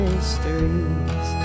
Mysteries